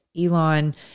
Elon